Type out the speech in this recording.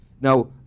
Now